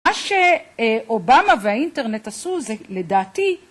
מה שאובמה והאינטרנט עשו זה לדעתי...